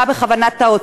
מה בכוונת האוצר,